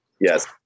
Yes